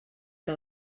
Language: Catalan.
que